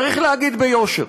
צריך להגיד ביושר,